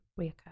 reoccur